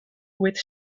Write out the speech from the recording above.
with